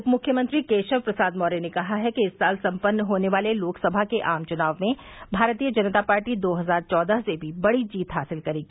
उप मुख्यमंत्री केशव प्रसाद मौर्य ने कहा है कि इस साल सम्पन्न होने वाले लोकसभा के आम चुनाव में भारतीय जनता पार्टी दो हजार चौदह से भी बढ़ी जीत हासिल करेगी